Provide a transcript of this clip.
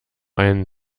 einen